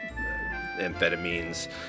amphetamines